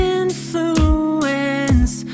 influence